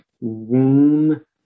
womb